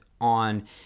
on